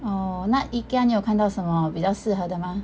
orh 那 Ikea 你有看到什么比较适合的吗